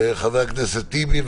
חבר הכנסת טיבי,